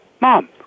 Mom